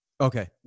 Okay